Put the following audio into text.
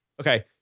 Okay